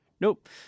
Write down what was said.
Nope